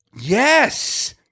Yes